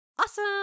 awesome